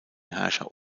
herrscher